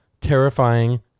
terrifying